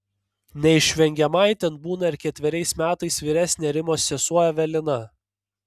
neišvengiamai ten būna ir ketveriais metais vyresnė rimos sesuo evelina